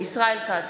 ישראל כץ,